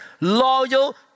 loyal